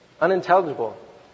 unintelligible